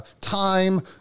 time